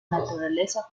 naturaleza